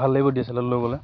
ভাল লাগিব D S L আৰটো লৈ গ'লে